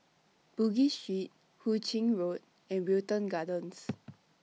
Bugis Street Hu Ching Road and Wilton Gardens